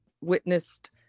witnessed